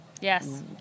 Yes